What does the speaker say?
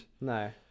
No